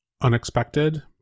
unexpected